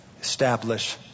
establish